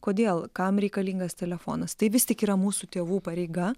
kodėl kam reikalingas telefonas tai vis tik yra mūsų tėvų pareiga